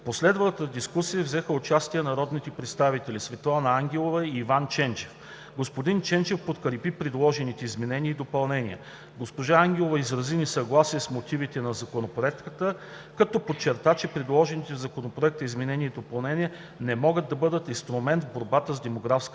В последвалата дискусия взеха участие народните представители Светлана Ангелова и Иван Ченчев. Господин Ченчев подкрепи предложените изменения и допълнения. Госпожа Ангелова изрази несъгласие с мотивите на Законопроекта, като подчерта, че предложените в Законопроекта изменения и допълнения не могат да бъдат инструмент в борбата с демографската